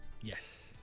Yes